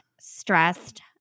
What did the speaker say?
stressed